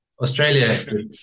Australia